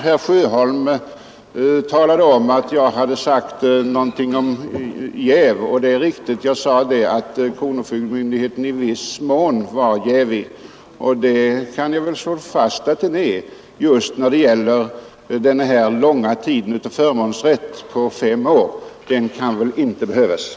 Herr Sjöholm anförde att jag hade sagt någonting om jäv, och det är riktigt. Jag sade att kronofogdemyndigheten i viss mån var jävig, och det kan jag slå fast att den är just när det gäller den långa tiden — fem år — för förmånsrätt, som väl inte kan behövas; hittills har de klarat sig mycket bra med två år.